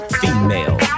Female